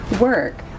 work